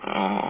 orh